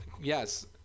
Yes